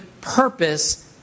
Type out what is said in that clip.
purpose